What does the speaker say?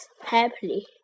happily